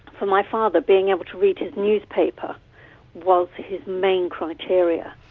um my father being able to read his newspaper was his main criteria.